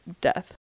death